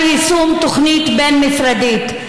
אחר יישום תוכנית בין-משרדית.